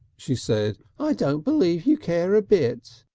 she said. i don't believe you care a bit!